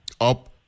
up